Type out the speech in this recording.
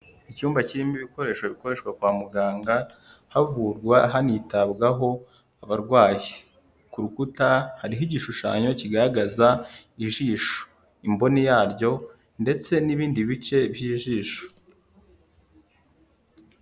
Icyumba kirimo ibikoresho bikoreshwa kwa muganga havurwa hanitabwaho abarwayi. Ku rukuta hariho igishushanyo kigaragaza ijisho, imboni yaryo ndetse n'ibindi bice by'ijisho.